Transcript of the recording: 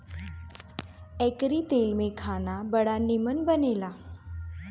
एकरी तेल में खाना बड़ा निमन बनेला